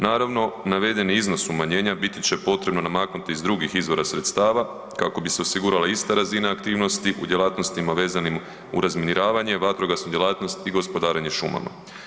Naravno navedeni iznos umanjenja bit će potrebno namaknuti iz drugih izvora sredstava kako bi se osigurala ista razina aktivnosti u djelatnostima vezanim uz razminiravanje, vatrogasnu djelatnost i gospodarenje šumama.